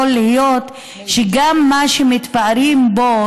יכול להיות שגם מה שמתפארים בו,